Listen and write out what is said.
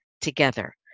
together